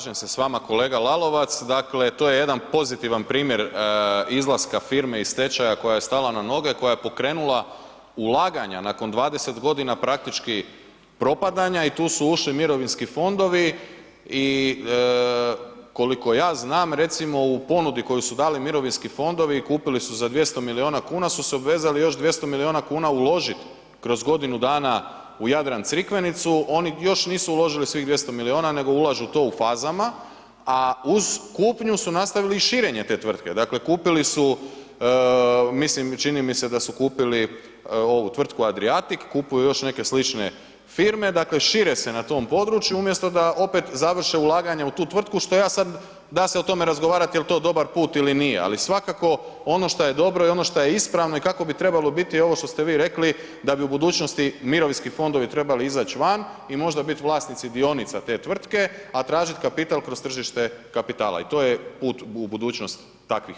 Slažem se s vama, kolega Lalovac, dakle, to je jedan pozitivan primjer izlaska firme iz stečaja koja je stala na noge, koja je pokrenula ulaganja nakon 20 godina praktički propadanja i tu su ušli mirovinski fondovi i koliko ja znam, recimo u ponudi koji su dali mirovinski fondovi, kupili su 200 milijuna kuna su se obvezali još 200 milijuna kuna uložiti kroz godinu dana u Jadran Crikvenicu, oni još nisu uložili svih 200 milijuna nego ulažu to u fazama, a uz kupnju su nastavili i širenje te tvrtke, dakle kupili su mislim, čini mi se da su kupili ovu tvrtku Adriatic, kupuju još neke slične firme, dakle šire se na tom području umjesto da opet završe ulaganja u tu tvrtku, što ja sad, da se o tome razgovarati je li to dobar put ili nije, ali svakako ono što je dobro i ono što je ispravno i kako bi trebalo biti, ovo što ste vi rekli, da bi u budućnosti mirovinski fondovi trebali izaći van i možda biti vlasnici dionica te tvrtke, a tražiti kapital kroz tržište kapitala i to je put u budućnost takvih firmi.